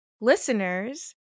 listeners